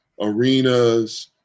arenas